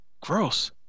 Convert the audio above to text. gross